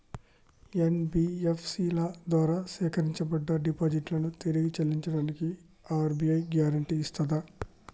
NBFC ల ద్వారా సేకరించబడ్డ డిపాజిట్లను తిరిగి చెల్లించడానికి ఆర్.బి.ఐ గ్యారెంటీ ఇస్తదా?